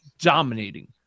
dominating